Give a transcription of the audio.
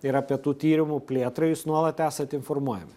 ir apie tų tyrimų plėtrą jūs nuolat esat informuojami